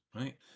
right